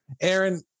Aaron